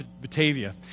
Batavia